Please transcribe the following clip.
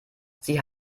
sie